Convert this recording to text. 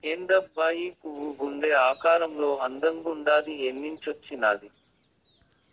ఏందబ్బా ఈ పువ్వు గుండె ఆకారంలో అందంగుండాది ఏన్నించొచ్చినాది